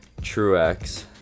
Truex